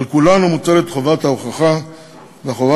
על כולנו מוטלת חובת ההוכחה והחובה